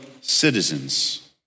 citizens